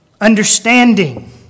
understanding